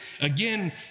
again